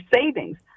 savings